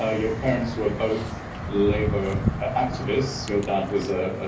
ah your parents were both labour activists, your dad was a